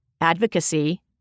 Advocacy